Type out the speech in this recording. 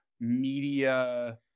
media